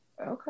Okay